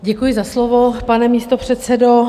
Děkuji za slovo, pane místopředsedo.